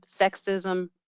sexism